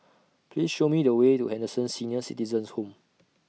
Please Show Me The Way to Henderson Senior Citizens' Home